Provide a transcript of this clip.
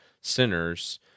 sinners